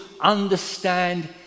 understand